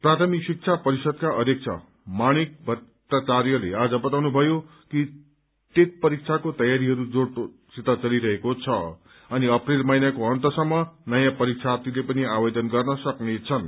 प्राथमिक शिक्षा परिषदका अध्यक्ष माणिक भट्टाचार्यले आज बताउनुभयो कि टेट परीक्षाको तयारीहरू जोड़तोड़सित चलिरहेको छ अनि अप्रेल महीनाको अन्तसम्म नयाँ परीक्षार्थीले पनि आवेदन गर्न सक्नेछन्